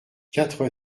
quatre